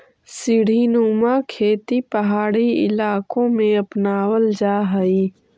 सीढ़ीनुमा खेती पहाड़ी इलाकों में अपनावल जा हई